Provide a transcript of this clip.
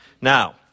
Now